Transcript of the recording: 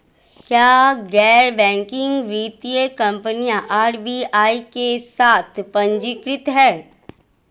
क्या गैर बैंकिंग वित्तीय कंपनियां आर.बी.आई के साथ पंजीकृत हैं?